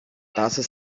taça